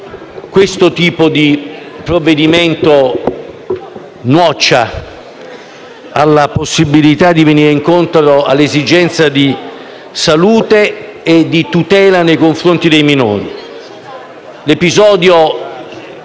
questo tipo di misura nuoccia alla possibilità di venire incontro alle esigenze di salute e di tutela nei confronti dei minori.